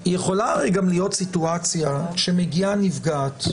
יכולה גם להיות סיטואציה שמגיעה נפגעת,